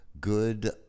good